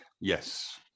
yes